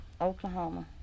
Oklahoma